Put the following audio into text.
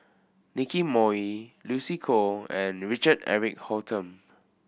Nicky Moey Lucy Koh and Richard Eric Holttum